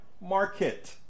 market